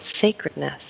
sacredness